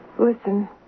Listen